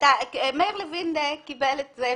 מאיר לוין קיבל את זה.